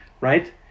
right